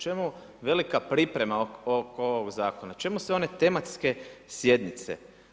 Čemu velika priprema oko ovog zakona, čemu sve one tematske sjednice?